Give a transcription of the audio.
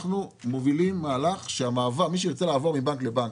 אנחנו מובילים מהלך שמי שירצה לעבור מבנק לבנק,